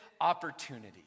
opportunity